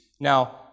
Now